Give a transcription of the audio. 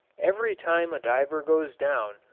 every time a diver goes down,